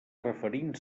referint